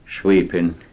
Sweeping